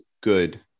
good